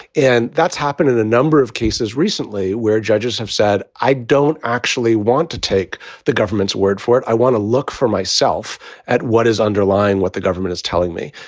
and that's happened in a number of cases recently where judges have said, i don't actually want to take the government's word for it. i want to look for myself at what is underlying what the government is telling me.